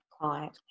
client